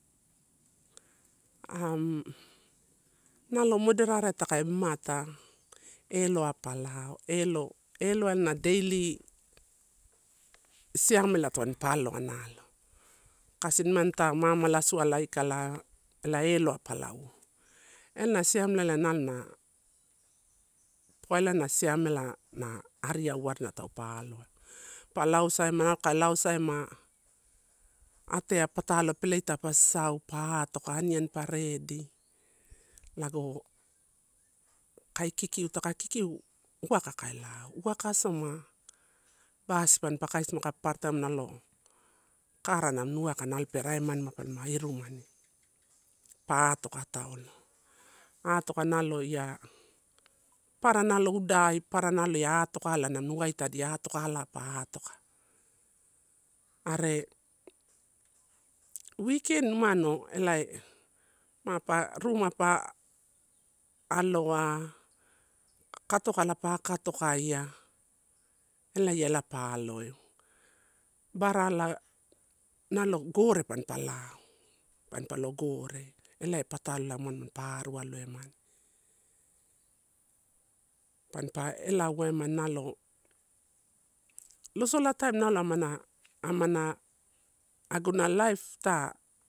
nao moderate taka mamata, eloai pa lao, elo, eloai na daily siamela pampa aloa nalo. Kasi nimani ita mamalasuala aikala ela eloai pa lauou, ena siamela nalo na, poana siamela na ariauawarina taupe aloa eu. Pa lausaima na lo kai lausaima, ateai patalo, peleita pa sasau, pa atoka aniani pa redi lago kai kikiu, taka kikiu uwaka ka lao. Uwaka asoma basi pampa kaisi aka papara taim nalo kara namini uwaka pe raimanima pelama urumani. Pa atoka taulo, atoka nalo ia, papara nalo udai, papara nalo ia atokala nomini uwaita addina atokala pa atoka. Are weekend numano elai mapa ruma pa aloa, kato kala pa akatokaia, elaiaela pa loeu. Barala nalo gore pampa lao, pampa lo gore elai ia patalo elai pampa aloemani. Pampa elai uwemani nalo losola taim nalo amana amana, aguna life ita